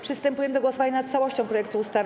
Przystępujemy do głosowania nad całością projektu ustawy.